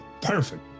perfect